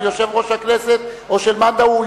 של יושב-ראש הכנסת או של מאן דהוא,